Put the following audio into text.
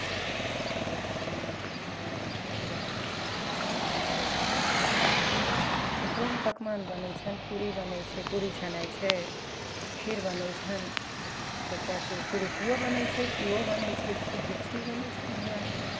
सभकिछु पूरी पकवान भगवानके पूजा आर होइ छनि मारि छप्पन भोग बनय छै ओकरोमे पकवान बनय छै पूरी बनय छै पूरी छनाय छै खीर बनय छनि कते चीज पिड़ुकियो बनय छै पुओ बनय छै बहुत चीज बनय छनि भगवानके